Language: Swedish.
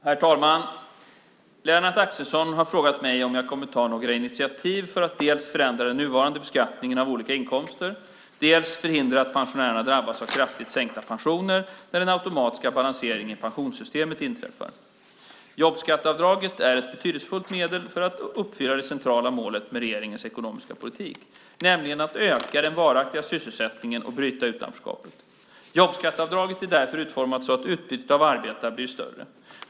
Herr talman! Lennart Axelsson har frågat mig om jag kommer att ta några initiativ för att dels förändra den nuvarande beskattningen av olika inkomster, dels förhindra att pensionärerna drabbas av kraftigt sänkta pensioner när den automatiska balanseringen i pensionssystemet inträffar. Jobbskatteavdraget är ett betydelsefullt medel för att uppfylla det centrala målet med regeringens ekonomiska politik, nämligen att öka den varaktiga sysselsättningen och bryta utanförskapet. Jobbskatteavdraget är därför utformat så att utbytet av att arbeta blir större.